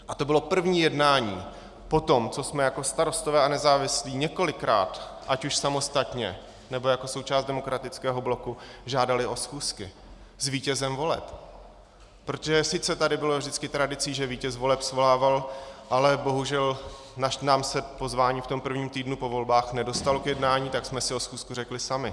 A to bylo první jednání po tom, co jsme jako Starostové a nezávislí několikrát, ať už samostatně, nebo jako součást Demokratického bloku, žádali o schůzky s vítězem voleb, protože sice tady bylo vždycky tradicí, že vítěz voleb svolával, ale bohužel nám se pozvání v tom prvním týdnu po volbách nedostalo k jednání, tak jsme si o schůzku řekli sami.